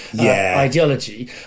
ideology